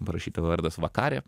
parašyta vardas vakarė